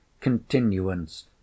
continuance